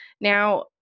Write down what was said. Now